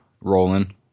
rolling